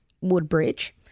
Woodbridge